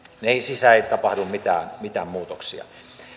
ei tapahdu mitään muutoksia